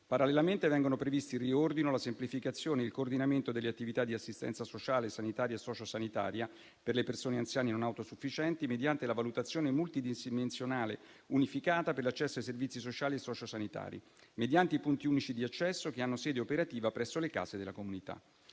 Parallelamente, vengono previsti il riordino, la semplificazione e il coordinamento delle attività di assistenza sociale, sanitaria e sociosanitaria per le persone anziane non autosufficienti mediante la valutazione multidimensionale unificata per l'accesso ai servizi sociali e sociosanitari mediante i punti unici di accesso che hanno sede operativa presso le case della comunità.